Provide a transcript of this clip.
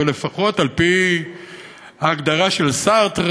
ולפחות על-פי ההגדרה של סארטר